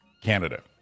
Canada